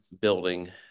building